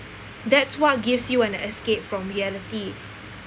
that's what gives you an escape from reality